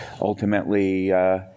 ultimately